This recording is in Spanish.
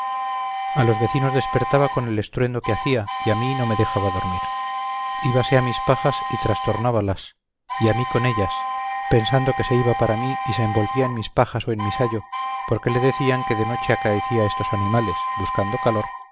a los vecinos despertaba con el estruendo que hacía y a mí no me dejaba dormir base a mis pajas y trastornábalas y a mí con ellas pensando que se iba para mí y se envolvía en mis pajas o en mi sayo porque le decían que de noche acaecía a estos animales buscando calor